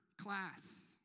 class